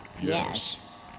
Yes